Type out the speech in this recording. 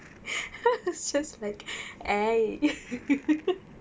it's just like eh